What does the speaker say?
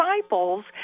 disciples